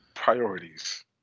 Priorities